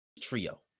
trio